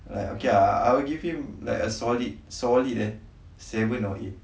like okay ah I would give a solid solid eh seven or eight